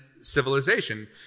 civilization